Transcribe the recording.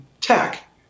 tech